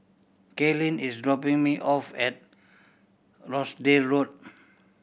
Kaylene is dropping me off at Rochdale Road